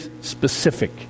specific